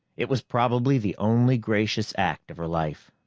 it was probably the only gracious act of her life.